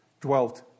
dwelt